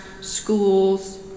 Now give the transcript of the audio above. schools